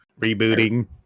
Rebooting